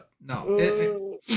no